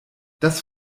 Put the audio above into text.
das